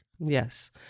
Yes